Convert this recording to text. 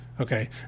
Okay